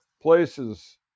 places